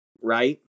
right